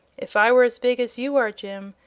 if i were as big as you are, jim,